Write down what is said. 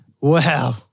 Wow